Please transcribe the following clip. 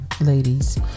ladies